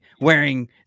wearing